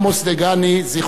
זיכרונו לברכה.